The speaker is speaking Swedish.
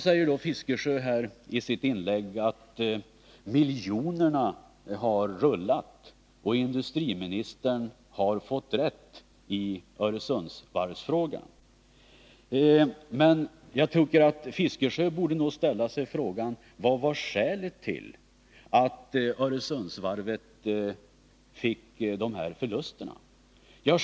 Bertil Fiskesjö sade i sitt inlägg att miljonerna har rullat och att industriministern har fått rätt i Öresundsvarvsfrågan. Bertil Fiskesjö borde ställa sig frågan: Vad var skälet till att Öresundsvarvet drabbades av dessa förluster?